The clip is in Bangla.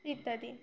ইত্যাদি